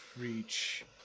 reach